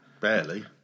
Barely